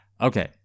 Okay